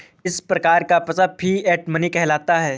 किस प्रकार का पैसा फिएट मनी कहलाता है?